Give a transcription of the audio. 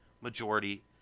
majority